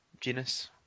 genus